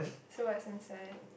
so what's inside